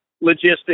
logistics